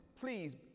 please